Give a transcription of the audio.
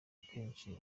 kenshi